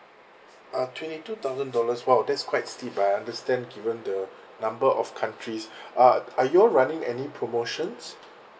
uh twenty two thousand dollars !wow! that's quite steep I understand given the number of countries are are you all running any promotions